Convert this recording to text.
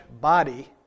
body